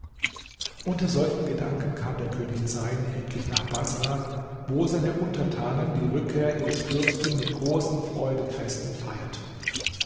unter solchen gedanken kam der könig zeyn endlich nach baßrah wo seine untertanen die rückkehr ihres fürsten mit großen freudenfesten feierten